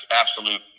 absolute